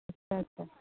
अच्छा अच्छा